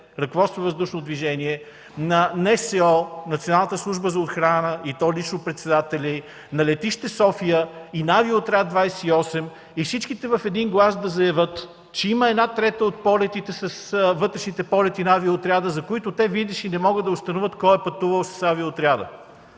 „Ръководство на въздушното движение”, на НСО – Националната служба за охрана, и то лично председателят й, на летище София и на Авиоотряд 28, и всички те в един глас да заявят, че има една трета от полетите – вътрешните полети на авиоотряда, за които, видиш ли, не могат да установят кой е пътувал с него.